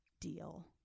deal